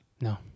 No